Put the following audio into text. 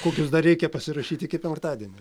kokius dar reikia pasirašyti iki penktadienio